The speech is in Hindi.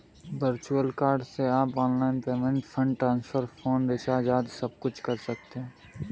वर्चुअल कार्ड से आप online payment, fund transfer, phone recharge आदि सबकुछ कर सकते हैं